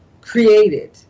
created